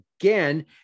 again